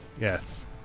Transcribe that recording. Yes